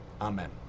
Amen